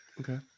Okay